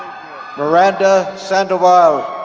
maranda sandoval.